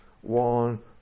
one